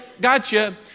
gotcha